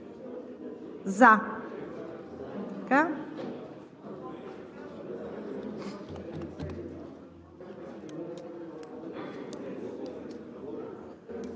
За.